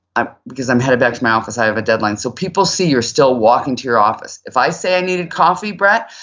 because i'm headed back to my office, i have a deadline. so people see you're still walking to your office. if i say i needed coffee, brett,